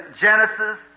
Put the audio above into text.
Genesis